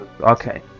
Okay